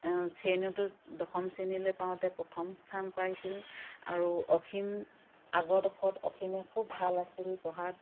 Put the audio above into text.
শ্ৰেণীটো দশম শেণীলৈ পাওঁতে প্ৰথম স্থান পাইছিল আৰু অসীম আগৰ ডোখৰত অসীমে খুব ভাল আছিল পঢ়াত